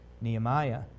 Nehemiah